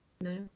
No